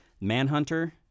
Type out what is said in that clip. Manhunter